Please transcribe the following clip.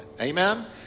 Amen